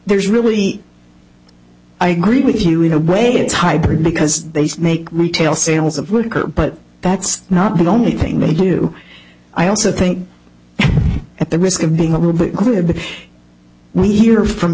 there's really i agree with you in a way it's hybrid because they make retail sales of worker but that's not the only thing they do i also think at the risk of being a little bit crude we hear from